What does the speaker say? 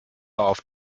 auf